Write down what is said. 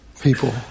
people